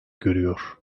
görüyor